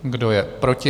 Kdo je proti?